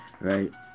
right